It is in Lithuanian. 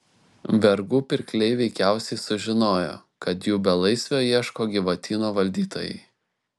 vergų pirkliai veikiausiai sužinojo kad jų belaisvio ieško gyvatyno valdytojai